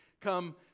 come